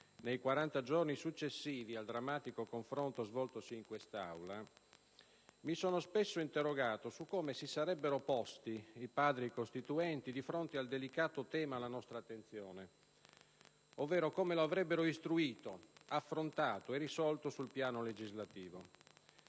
nei 40 giorni successivi al drammatico confronto svoltosi in quest'Aula, mi sono spesso interrogato su come si sarebbero posti i Padri costituenti di fronte al delicato tema alla nostra attenzione, ovvero come loro avrebbero istruito, affrontato e risolto sul piano legislativo.